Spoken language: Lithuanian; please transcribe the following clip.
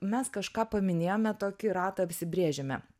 mes kažką paminėjome tokį ratą apsibrėžėme